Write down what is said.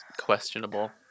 questionable